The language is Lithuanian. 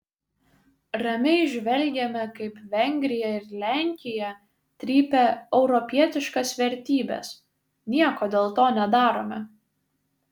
ramiai žvelgiame kaip vengrija ir lenkija trypia europietiškas vertybes nieko dėl to nedarome